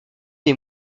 les